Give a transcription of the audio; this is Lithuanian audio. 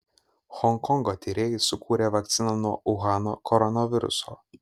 honkongo tyrėjai sukūrė vakciną nuo uhano koronaviruso